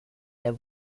der